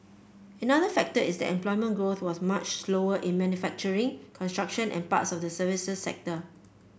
another factor is that employment growth was much slower in manufacturing construction and parts of the services sector